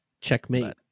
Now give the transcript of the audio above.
Checkmate